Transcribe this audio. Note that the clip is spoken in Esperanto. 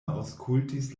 aŭskultis